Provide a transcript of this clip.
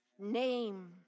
name